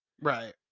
right